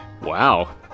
Wow